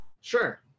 Sure